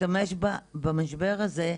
נשתמש במשבר הזה,